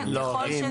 לא.